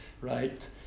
right